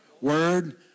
word